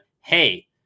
hey